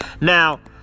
Now